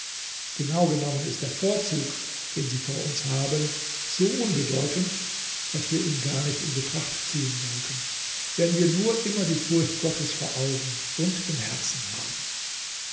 genau genommen ist der vorzug den sie vor uns haben so unbedeutend daß wir ihn gar nicht in betracht ziehen sollten wenn wir nur immer die furcht gottes vor augen und im herzen haben